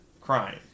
crime